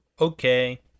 Okay